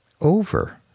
Over